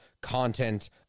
content